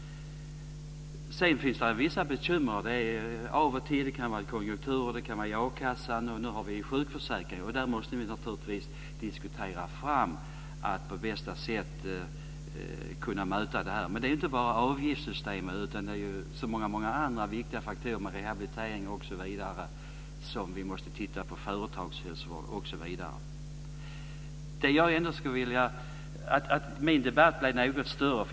Det finns vissa bekymmer av och till. Det kan gälla konjunkturer eller a-kassan. Nu gäller det sjukförsäkringen. Vi måste naturligtvis diskutera fram hur man på bästa sätt kan möta detta. Men det är inte bara avgiftssystemet utan också så många andra viktiga faktorer, t.ex. rehabilitering och företagshälsovård, som vi måste titta på. Bo Könberg sade att jag tog upp en vidare diskussion.